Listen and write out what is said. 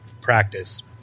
practice